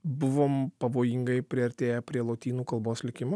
buvom pavojingai priartėję prie lotynų kalbos likimo